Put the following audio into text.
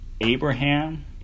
Abraham